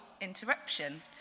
interruption